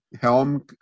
Helm